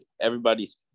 everybody's